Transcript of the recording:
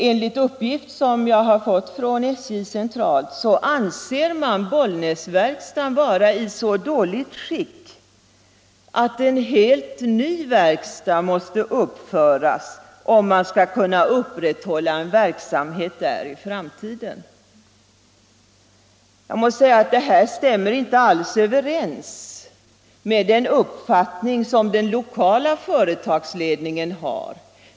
Enligt uppgift som jag har fått från SJ centralt anser man Bollnäsverkstaden vara i så dåligt skick att en helt ny verkstad måste uppföras om man skall kunna bedriva en verkstadsrörelse där i framtiden. Det här stämmer inte alls överens med den uppfattning som den lokala företagsledningen har.